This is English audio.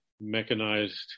mechanized